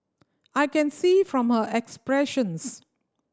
I can see from her expressions